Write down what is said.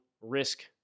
risk